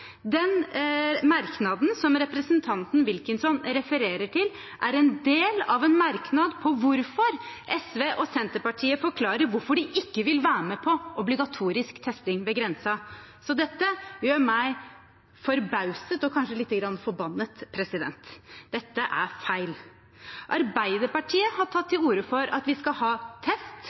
Den merknaden som representanten Wilkinson refererer til, er en del av en merknad hvor SV og Senterpartiet forklarer hvorfor de ikke vil være med på obligatorisk testing ved grensen. Så dette gjør meg forbauset og kanskje lite grann forbannet. Dette er feil. Arbeiderpartiet har tatt til orde for at vi skal ha